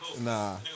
Nah